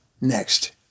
next